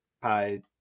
pie